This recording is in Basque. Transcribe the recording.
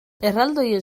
erraldoien